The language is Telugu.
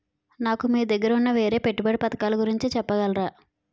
నాకు మీ దగ్గర ఉన్న వేరే పెట్టుబడి పథకాలుగురించి చెప్పగలరా?